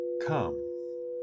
Come